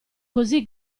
così